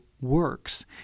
works